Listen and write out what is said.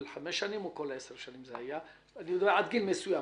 חמש שנים או כל עשר שנים עד גיל מסוים.